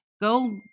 go